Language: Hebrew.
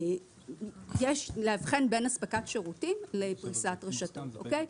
יש להבחין בין אספקת שירות לפריסת רשתות, אוקיי?